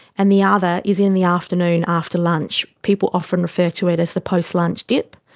and the other is in the afternoon after lunch. people often refer to it as the post-lunch dip,